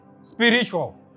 spiritual